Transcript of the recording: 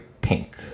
pink